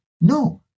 no